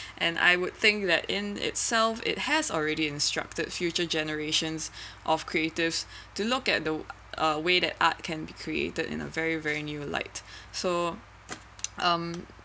and I would think that in itself it has already instructed future generations of creative to look at the uh way that art can be created in a very very new light so um